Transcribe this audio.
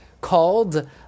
called